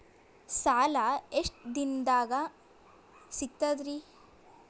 ಸಾಲಾ ಎಷ್ಟ ದಿಂನದಾಗ ಸಿಗ್ತದ್ರಿ?